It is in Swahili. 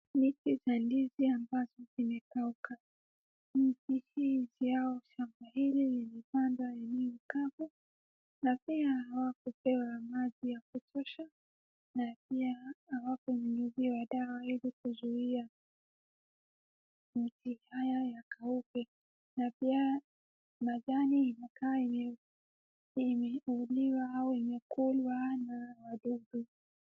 Miti za ndizi ambazo zimekauka. Miti hii ama shamba hili limepandwa yenye ukavu na pia hawakupewa maji ya kutosha na pia hawakunyiziwa dawa ili kuzuia. Miti haya yakauke na pia majani yaka yenye ime uliwa au imeakuliwa na wadudu.